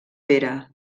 pere